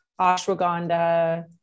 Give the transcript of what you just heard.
Ashwagandha